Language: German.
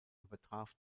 übertraf